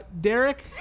Derek